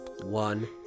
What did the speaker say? one